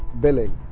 billing